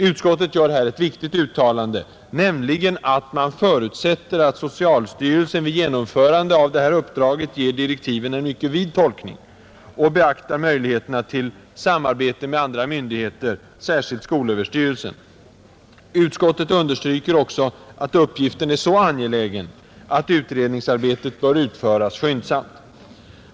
Utskottet gör här ett viktigt uttalande, nämligen att man förutsätter att socialstyrelsen vid utförande av det här uppdraget ger direktiven en mycket vid tolkning och beaktar möjligheterna till samarbete med andra myndigheter, särskilt skolöverstyrelsen. Utskottet understryker också att uppgiften är så angelägen att utredningsarbetet bör utföras skyndsamt.